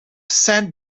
sand